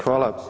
Hvala.